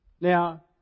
Now